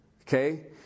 Okay